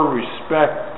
respect